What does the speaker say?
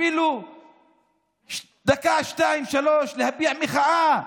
אפילו דקה, שתיים, שלוש להביע מחאה,